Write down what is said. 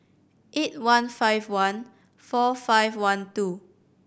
eight one five one four five one two